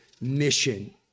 mission